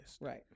right